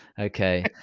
okay